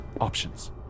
Options